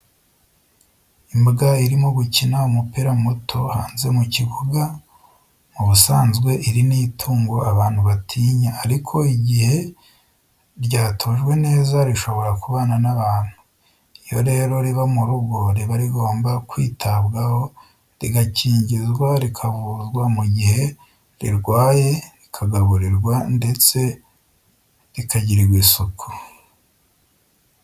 Imbwa irimo gukina umupira muto hanze mu kibuga, mu busanzwe iri ni itungo abantu batinya, ariko igihe ryatojwe neza rishobora kubana n'abantu. Iyo rero riba mu rugo, riba rigomba kwitabwaho, rigakingizwa, rikavuzwa mu gihe rirwaye, rikagaburirwa ndetse rikagirirwa isuku.